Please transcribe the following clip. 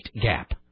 gap